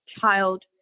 child